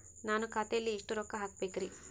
ನಾನು ಖಾತೆಯಲ್ಲಿ ಎಷ್ಟು ರೊಕ್ಕ ಹಾಕಬೇಕ್ರಿ?